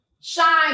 Shine